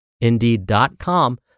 Indeed.com